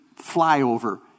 flyover